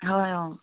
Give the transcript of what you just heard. হয় অঁ